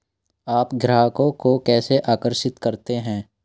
आप ग्राहकों को कैसे आकर्षित करते हैं?